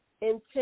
intent